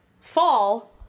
fall